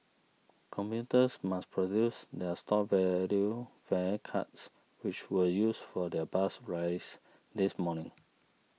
commuters must produce their stored value fare cards which were used for their bus rides this morning